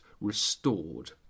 restored